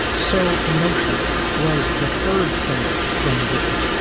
so emotional was the third single from whitman,